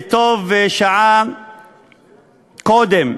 ויפה שעה אחת קודם.